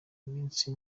iminsi